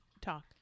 talk